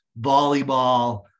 volleyball